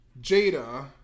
Jada